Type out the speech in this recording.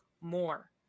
more